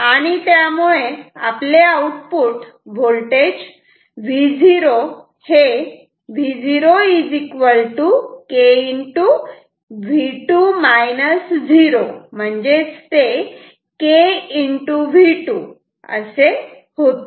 आणि त्यामुळे आपले आउटपुट व्होल्टेज V0 हे Vo k k V2 असे होते